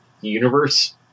universe